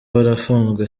barafunzwe